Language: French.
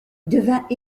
devint